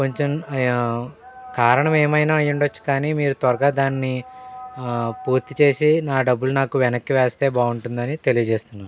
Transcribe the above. కొంచెం కారణం ఏమైనా అయి ఉండవచ్చు కానీ మీరు త్వరగా దాన్ని పూర్తి చేసి నా డబ్బులు నాకు వెనక్కి వేస్తే బాగుంటుందని తెలియజేస్తున్నాను